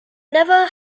never